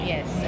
Yes